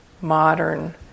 modern